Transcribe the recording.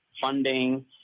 funding